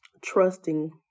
trusting